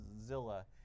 Zilla